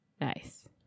nice